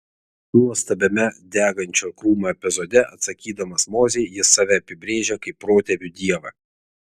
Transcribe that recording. nuostabiame degančio krūmo epizode atsakydamas mozei jis save apibrėžia kaip protėvių dievą